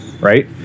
right